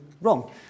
wrong